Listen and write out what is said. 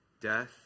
Death